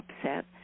upset